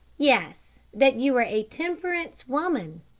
yes that you are a temperance woman,